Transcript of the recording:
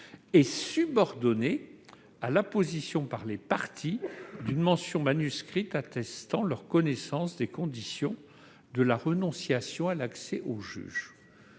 est subordonnée à l'apposition par les parties d'une mention manuscrite prouvant leur connaissance des conditions de la renonciation à l'accès au juge.